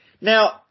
Now